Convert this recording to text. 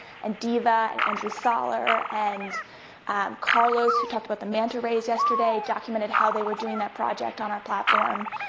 and diva, and andrew saller, and carlos, who talked about the manta rays yesterday, documented how they were doing that project on our platform.